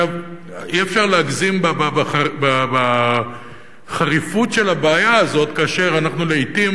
אי-אפשר להגזים בחריפות של הבעיה הזאת כאשר אנחנו לעתים